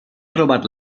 trobat